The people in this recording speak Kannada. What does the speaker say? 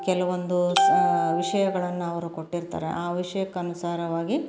ಕೆಲವೊಂದು ವಿಷಯಗಳನ್ನು ಅವರು ಕೊಟ್ಟಿರ್ತಾರೆ ಆ ವಿಷಯಕ್ಕೆ ಅನುಸಾರವಾಗಿ